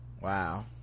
Wow